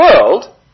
world